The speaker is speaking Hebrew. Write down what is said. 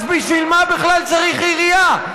אז בשביל מה בכלל צריך עירייה?